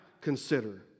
consider